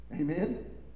Amen